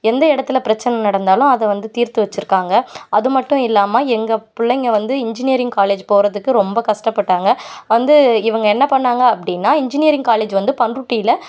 எந்த இடத்துல பிரச்சனை நடந்தாலும் அதை வந்து தீர்த்து வச்சிருக்காங்க அது மட்டும் இல்லாமல் எங்கள் பிள்ளைங்க வந்து இன்ஜினியரிங் காலேஜ் போகிறதுக்கு ரொம்ப கஷ்டப்பட்டாங்கள் வந்து இவங்க என்ன பண்ணாங்க அப்படின்னா இன்ஜினியரிங் காலேஜ் வந்து பண்ருட்டியில்